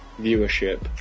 viewership